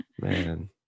man